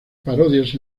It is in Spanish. parodias